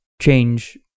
change